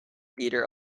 theater